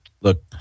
Look